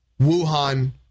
Wuhan